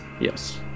Yes